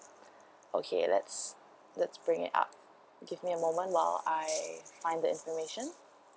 okay let's let's bring it up give me a moment while I find the information